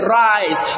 rise